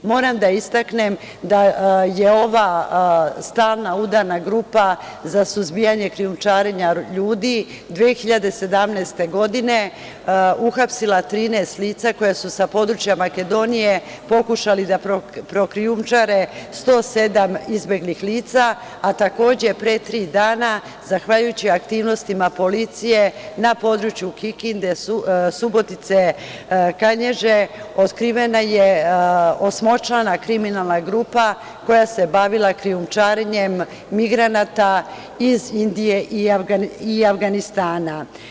Moram da istaknem da je ova stalna udarna grupa za suzbijanje krijumčarenja ljudi 2017. godine uhapsila 13 lica koja su sa područja Makedonije pokušali da prokrijumčare 107 izbeglih lica, a takođe pre tri dana zahvaljujući aktivnostima policije na području Kikinde, Subotice, Kanjiže otkrivena je osmočlana kriminalna grupa koja se bavila krijumčarenjem migranata iz Indije i Avganistana.